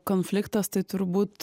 konfliktas tai turbūt